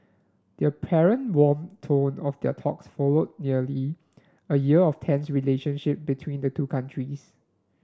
the apparent warm tone of their talks followed nearly a year of tense relationship between the two countries